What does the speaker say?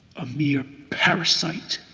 a mere parasite.